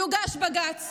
יוגש בג"ץ